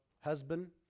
husband